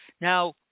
Now